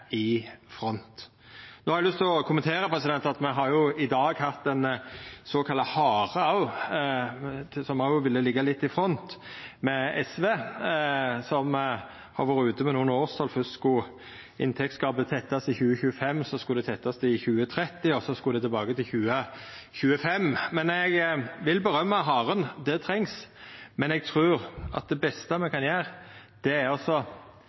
i front. No har eg lyst til å kommentera at me har jo i dag hatt ein såkalla hare, som òg ville liggja i front, SV, og som har vore ute med nokre årstal. Først skulle inntektsgapet tettast i 2025, så skulle det tettast i 2030, og så skulle ein tilbake til 2025. Men eg vil rosa haren – han trengst, men eg trur at det beste me kan gjera, er